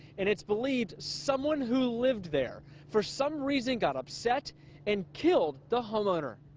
and it's believed someone who lived there for some reason got upset and killed the homeowner.